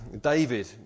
David